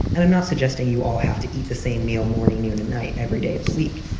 and i'm not suggesting you all have to eat the same meal morning, noon and night every day of the week.